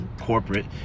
corporate